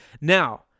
now